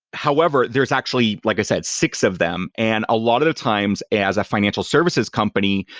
however, there're actually, like a said, six of them, and a lot of times, as a financial services company,